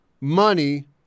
money